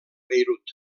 beirut